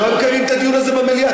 לא מקיימים את הדיון הזה במליאה.